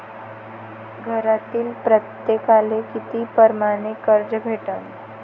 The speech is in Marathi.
घरातील प्रत्येकाले किती परमाने कर्ज भेटन?